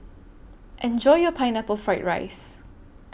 Enjoy your Pineapple Fried Rice